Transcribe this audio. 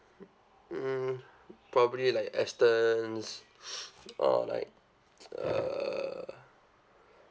hmm probably like astons or like uh